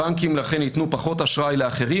לכן הבנקים יתנו פחות אשראי לאחרים